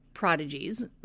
prodigies